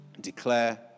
declare